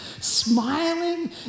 smiling